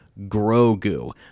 grogu